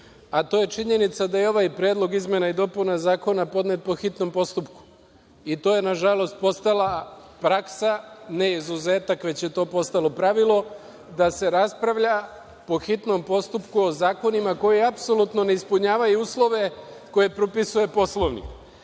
a to je činjenica da je ovaj Predlog izmena i dopuna Zakona podnet po hitnom postupku i to je, nažalost, postala praksa, ne izuzetak, već je to postalo pravilo da se raspravlja po hitnom postupku o zakonima koji apsolutno ne ispunjavaju uslove koje propisuje Poslovnik. Ja